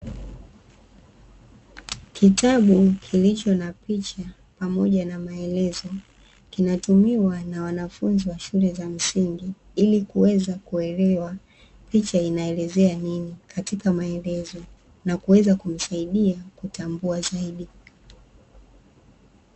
Kitabu kilicho na picha pamoja na maelezo, kinatumiwa na wanafunzi wa shule za msingi ili kuweza kuelewa picha enaelezea nini katika maelezo na kuweza kumsaidia kutambua zaidi.